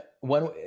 one